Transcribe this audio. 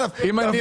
אמרנו